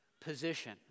position